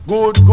Good